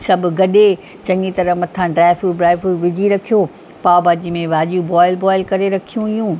सभु गॾे चङी तरह मथां ड्रायफ्रुट ब्रायफ्रुट विझी रखियो पाव भाजी में भाॼियूं बॉइल बॉइल करे रखियूं हुयूं